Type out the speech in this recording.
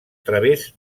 través